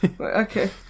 okay